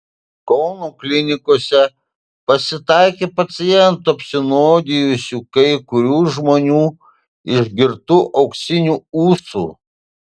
kauno klinikose pasitaikė pacientų apsinuodijusių kai kurių žmonių išgirtu auksiniu ūsu